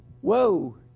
Whoa